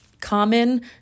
common